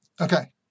Okay